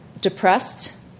depressed